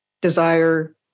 desire